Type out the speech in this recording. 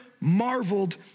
marveled